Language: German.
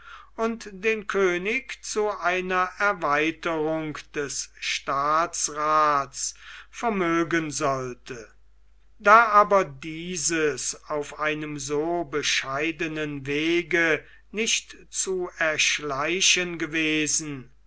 und den könig zu einer erweiterung des staatsraths vermögen sollte da aber dieses auf einem so bescheidenen wege nicht zu erschleichen gewesen